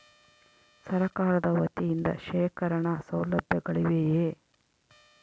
ಸರಕಾರದ ವತಿಯಿಂದ ಶೇಖರಣ ಸೌಲಭ್ಯಗಳಿವೆಯೇ?